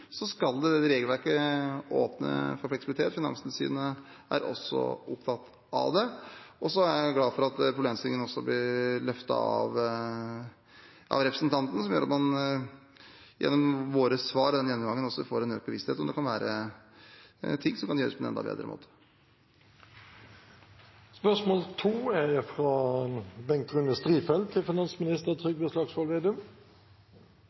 skal regelverket åpne for fleksibilitet. Finanstilsynet er også opptatt av det. Jeg er glad for at problemstillingen også blir løftet av representanten, som gjør at man gjennom våre svar og denne gjennomgangen også får en økt bevissthet om det kan være ting som kan gjøres på en enda bedre måte. «Fremskrittspartiet fikk flertall i Stortinget i vår for å endre regelverket slik at entreprenører slipper å innbetale moms til